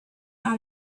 out